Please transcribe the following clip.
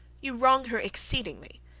you wrong her exceedingly.